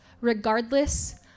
regardless